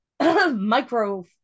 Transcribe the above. micro